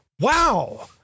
wow